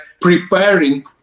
preparing